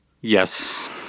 Yes